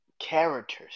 characters